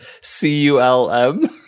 C-U-L-M